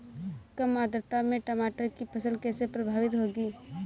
कम आर्द्रता में टमाटर की फसल कैसे प्रभावित होगी?